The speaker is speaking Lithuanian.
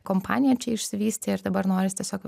kompanija čia išsivystė ir dabar noris tiesiog